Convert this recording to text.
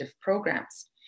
programs